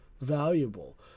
valuable